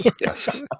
yes